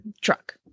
truck